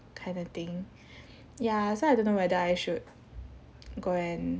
kind of thing ya so I don't know whether I should go and